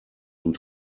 und